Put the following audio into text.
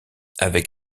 avec